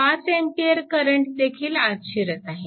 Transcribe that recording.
5A करंटही आत शिरत आहे